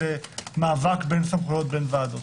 מאבק בין סמכויות בין ועדות.